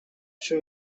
she